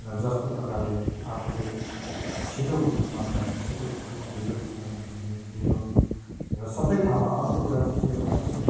र जस्तो प्रकारले आफूले छिटो कुद्नु मन छ भने छिटो कुद्यो ढिलो कुद्नु मन छ भने ढिलो र सबै ठाउँमा अर्को कुरा चाहिँ के हो भनेदेखि